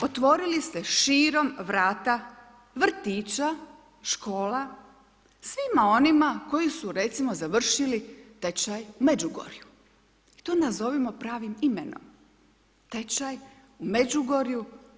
Otvorili ste širom vrata vrtića, škola, svima onima koji su recimo završili tečaj u Međugorju i to nazovimo pravim imenom, tečaj u Međugorju.